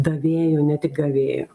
davėjų ne tik gavėjų